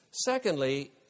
secondly